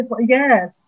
Yes